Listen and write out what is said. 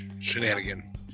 shenanigan